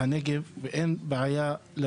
אין לי בעיה לפתח את הנגב,